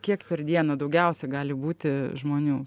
kiek per dieną daugiausia gali būti žmonių